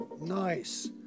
Nice